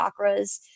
chakras